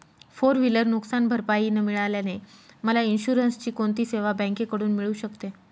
Four wheeler नुकसानभरपाई न मिळाल्याने मला इन्शुरन्सची कोणती सेवा बँकेकडून मिळू शकते?